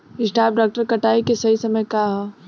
सॉफ्ट डॉ कटाई के सही समय का ह?